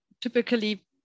typically